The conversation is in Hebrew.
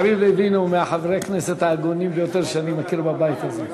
יריב לוין הוא מחברי הכנסת ההגונים ביותר שאני מכיר בבית הזה.